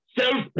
self